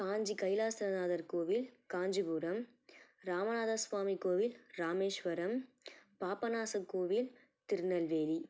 காஞ்சி கைலாசநாதர் கோவில் காஞ்சிபுரம் ராமநாதர் சுவாமி கோவில் ராமேஸ்வரம் பாபநாசம் கோவில் திருநெல்வேலி